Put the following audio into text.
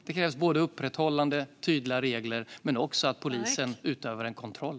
Det krävs upprätthållande av tydliga regler men också att polisen utövar en kontroll.